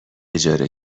اجاره